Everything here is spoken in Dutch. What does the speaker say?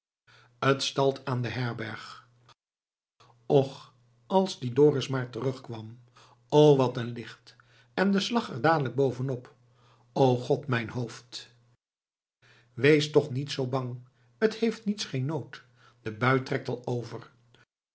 stalt aan de herberg och als die dorus maar terugkwam o wat een licht en de slag er dadelijk bovenop o god mijn hoofd wees toch niet zoo bang t heeft niets geen nood de bui trekt al over